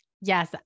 Yes